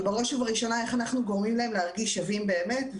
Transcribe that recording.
ובראש ובראשונה איך אנחנו גורמים להם להרגיש שווים באמת?